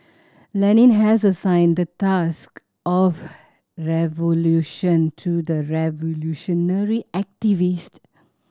Lenin has assigned the task of revolution to the revolutionary activist